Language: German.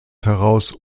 heraus